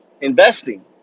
investing